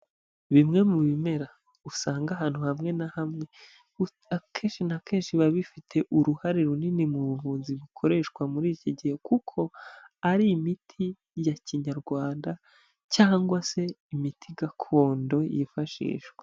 Bimwe mu bimera, usanga ahantu hamwe na hamwe, akenshi na kenshi biba bifite uruhare runini mu buvunzi bukoreshwa muri iki gihe kuko ari imiti ya Kinyarwanda cyangwa se imiti Gakondo yifashishwa.